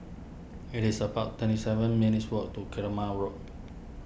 it is about twenty seven minutes' walk to Keramat Road